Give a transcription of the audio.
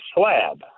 slab